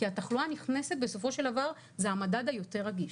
כי התחלואה הנכנסת בסופו של דבר זה המדד היותר רגיש.